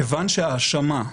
כיוון שהאשמה,